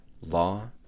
law